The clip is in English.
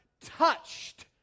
touched